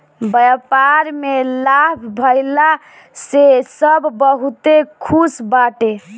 व्यापार में लाभ भइला से सब बहुते खुश बाटे